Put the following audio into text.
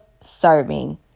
serving